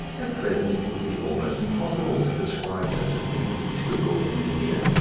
at present it would be almost impossible to describe such a thing as a typical engineer,